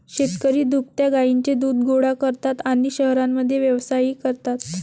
शेतकरी दुभत्या गायींचे दूध गोळा करतात आणि शहरांमध्ये व्यवसायही करतात